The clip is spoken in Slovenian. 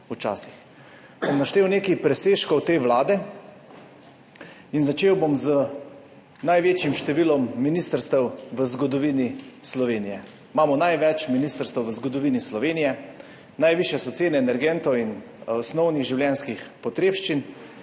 naštel nekaj presežkov te vlade in začel bom z največjim številom ministrstev v zgodovini Slovenije. Imamo največ ministrstev v zgodovini Slovenije. Najvišje so cene energentov in osnovnih življenjskih potrebščin.